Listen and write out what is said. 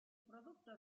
producto